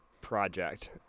project